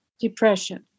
depression